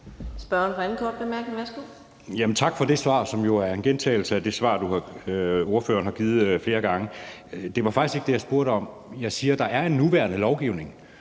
Tak for det svar, som jo er en gentagelse af det svar, ordføreren har givet flere gange. Det var faktisk ikke det, jeg spurgte om. Jeg siger, at der er en nuværende lovgivning.